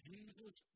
Jesus